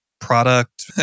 product